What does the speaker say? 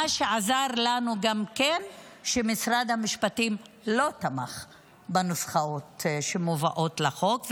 מה שעזר לנו גם כן הוא שמשרד המשפטים לא תמך בנוסחאות שמובאות לחוק,